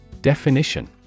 Definition